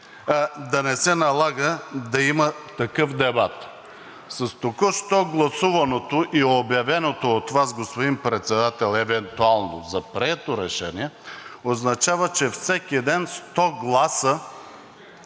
да не се налага да има такъв дебат. С току-що гласуваното и обявеното от Вас, господин Председател, евентуално за прието решение, означава, че всеки ден 100 гласа